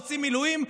עושים מילואים?